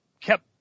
kept